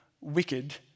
wicked